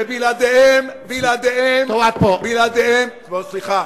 ובלעדיהן, בלעדיהן, לחזור לאירופה.